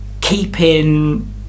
keeping